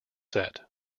set